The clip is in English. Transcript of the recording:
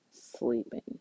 sleeping